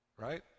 right